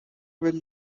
will